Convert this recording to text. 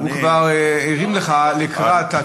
הוא כבר הרים לך לקראת התשובה,